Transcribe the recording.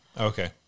Okay